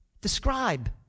Describe